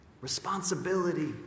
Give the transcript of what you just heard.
responsibility